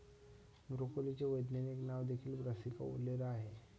ब्रोकोलीचे वैज्ञानिक नाव देखील ब्रासिका ओलेरा आहे